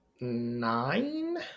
nine